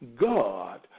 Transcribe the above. God